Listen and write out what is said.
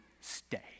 stay